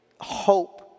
hope